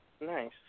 Nice